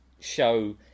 show